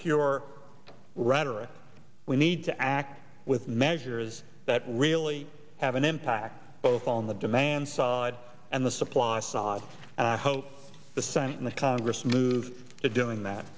pure rhetoric we need to act with measures that really have an impact both on the demand side and the supply side and i hope the senate and the congress move to doing that